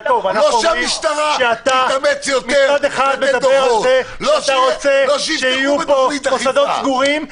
לא שהמשטרה תתאמץ יותר, לא שיפתחו בתוכנית אכיפה.